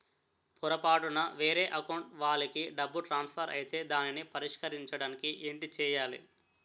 పొరపాటున వేరే అకౌంట్ వాలికి డబ్బు ట్రాన్సఫర్ ఐతే దానిని పరిష్కరించడానికి ఏంటి చేయాలి?